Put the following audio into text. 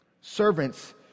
servants